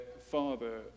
father